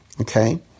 okay